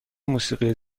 موسیقی